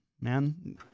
man